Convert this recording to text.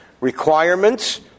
requirements